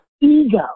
ego